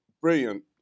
brilliant